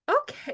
okay